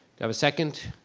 have a second?